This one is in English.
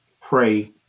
pray